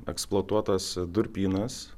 eksploatuotas durpynas